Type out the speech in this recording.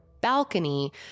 balcony